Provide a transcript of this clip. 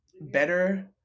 better